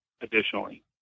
additionally